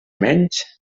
menys